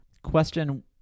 question